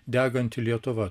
deganti lietuva